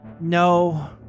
No